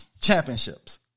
Championships